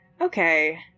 Okay